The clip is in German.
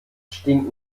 stinkt